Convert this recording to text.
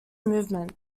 movement